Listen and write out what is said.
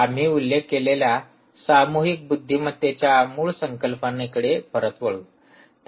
आम्ही उल्लेख केलेल्या सामूहिक बुद्धिमत्तेच्या मूळ संकल्पनेकडे परत वळू